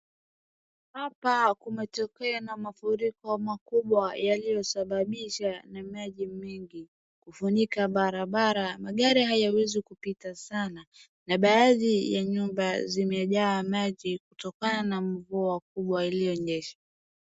Hapa kumetokea na mafuriko makubwa yaliyosababisha na maji mengi kufunika barabara magari hayawezi kupita sana na baadhi ya nyumba zimejaa maji kutokana na mvua mkubwa iliyonyesha.